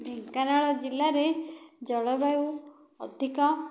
ଢେଙ୍କାନାଳ ଜିଲ୍ଲାରେ ଜଳବାୟୁ ଅଧିକ